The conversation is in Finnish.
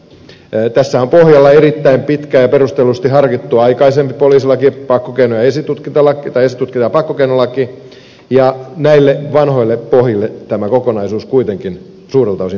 tässähän on pohjalla erittäin pitkään ja perustellusti harkittu aikaisempi poliisilaki esitutkinta ja pakkokeinolaki ja näille vanhoille pohjille tämä kokonaisuus kuitenkin suurelta osin perustuu